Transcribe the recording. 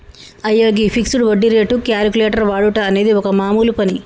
అయ్యో గీ ఫిక్సడ్ వడ్డీ రేటు క్యాలిక్యులేటర్ వాడుట అనేది ఒక మామూలు పని